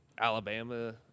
alabama